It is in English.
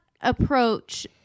approach